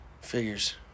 Figures